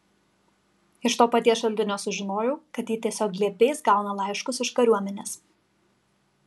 iš to paties šaltinio sužinojau kad ji tiesiog glėbiais gauna laiškus iš kariuomenės